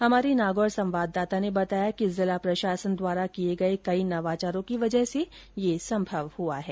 हमारे नागौर संवाददाता ने बताया कि जिला प्रशासन द्वारा किये गये कई नवाचारों की वजह से यह संभव हुआ है